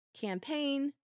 campaign